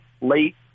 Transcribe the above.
late